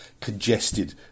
congested